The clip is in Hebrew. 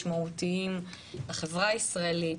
משמעותיים לחברה הישראלית,